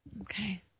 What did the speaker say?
Okay